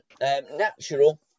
Natural